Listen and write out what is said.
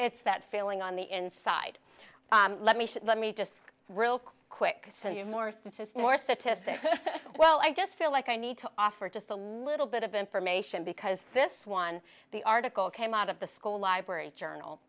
it's that feeling on the inside let me let me just real quick send us your statistics or statistic well i just feel like i need to offer just a little bit of information because this one the article came out of the school library journal